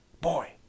boy